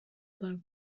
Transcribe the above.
them